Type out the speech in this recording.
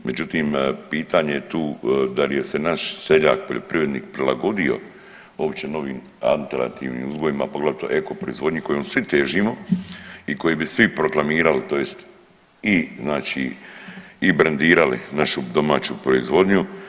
Međutim, pitanje je tu da li se naš seljak, poljoprivrednik prilagodio uopće novim alternativnim uzgojima poglavito eko proizvodnji kojoj svi težimo i koju bi svi proklamirali, tj. i brendirali našu domaću proizvodnju.